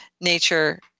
nature